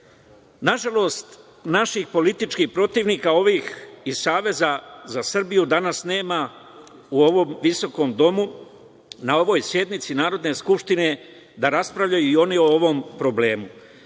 primedbe. Nažalost, naših političkih protivnika, ovih iz Saveza za Srbiju, danas nema u ovom visokom Domu, na ovoj sednici Narodne skupštine da raspravljaju i oni o ovom problemu. To